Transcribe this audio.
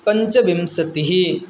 पञ्चविंशतिः